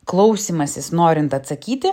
klausymasis norint atsakyti